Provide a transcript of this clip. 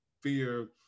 fear